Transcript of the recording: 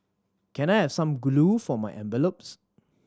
can I have some glue for my envelopes